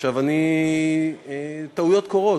טעויות קורות.